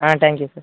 thank you sir